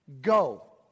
go